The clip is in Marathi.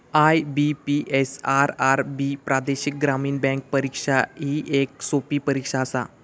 आई.बी.पी.एस, आर.आर.बी प्रादेशिक ग्रामीण बँक परीक्षा ही येक सोपी परीक्षा आसा